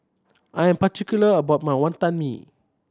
I'm particular about my Wantan Mee